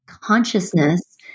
consciousness